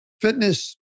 Fitness